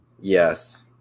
Yes